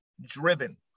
driven